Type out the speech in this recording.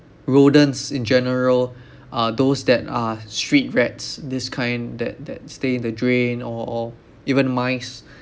rodents in general are those that are street rats this kind that that stay in the drain or or even mice